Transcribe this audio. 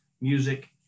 music